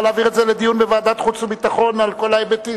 נוכל להעביר את זה לדיון בוועדת החוץ והביטחון על כל ההיבטים,